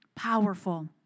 powerful